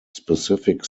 specific